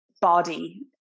body